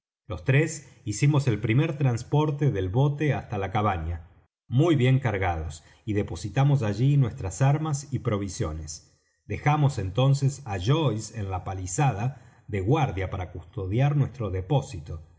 los tres hicimos el primer trasporte del bote hasta la cabaña muy bien cargados y depositamos allí nuestras armas y provisiones dejamos entonces á joyce en la palizada de guardia para custodiar nuestro depósito